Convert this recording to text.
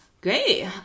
Great